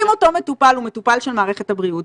אם אותו מטופל הוא מטופל של מערכת הבריאות,